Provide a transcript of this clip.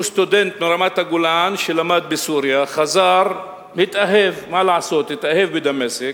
סטודנט מרמת-הגולן שלמד בסוריה והתאהב בדמשק,